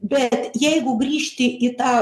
bet jeigu grįžti į tą